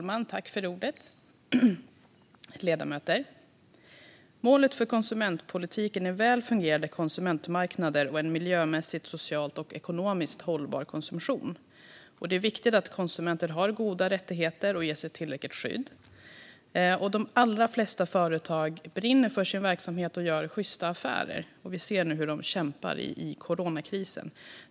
Fru talman och ledamöter! Målet för konsumentpolitiken är väl fungerande konsumentmarknader och en miljömässigt, socialt och ekonomiskt hållbar konsumtion. Det är viktigt att konsumenter har goda rättigheter och ges ett tillräckligt skydd. De allra flesta företag brinner för sin verksamhet och gör sjysta affärer. Vi ser hur de kämpar nu i coronakrisen.